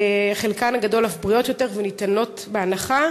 וחלקן הגדול אף בריאות יותר וניתנות בהנחה.